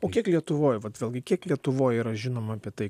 o kiek lietuvoj vat vėlgi kiek lietuvoj yra žinoma apie tai